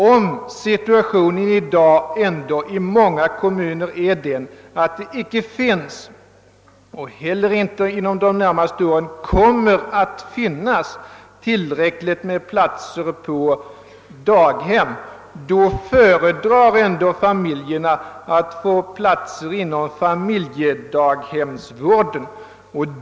Om situationen:i dag i många kommuner är den, att det inte finns och inte inom de närmaste åren kommer att finnas tillräckligt med platser på daghem, då föredrar ändå familjerna att få platser inom familjedaghemmen.